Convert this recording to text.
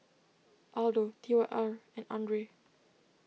Aldo T Y R and Andre